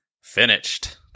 finished